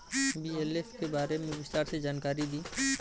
BLF के बारे में विस्तार से जानकारी दी?